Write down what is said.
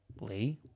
Lee